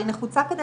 אני לא רואה שם כזה